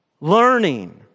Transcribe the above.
learning